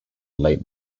late